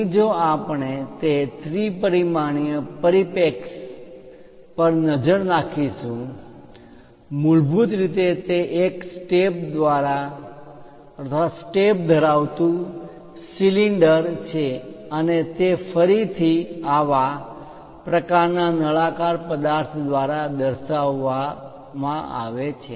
અહીં જો આપણે તે ત્રિ પરિમાણીય પરિપ્રેક્ષ્ય પર નજર નાખીશું મૂળભૂત રીતે તે એક સ્ટેપ ધરાવતું સિલિન્ડર સ્ટેપ ધરાવતો નળાકાર છે અને તે ફરીથી આવા પ્રકારના નળાકાર પદાર્થ દ્વારા દર્શાવવા આવે છે